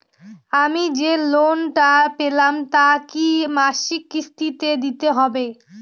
আমি যে লোন টা পেলাম তা কি মাসিক কিস্তি তে দিতে হবে?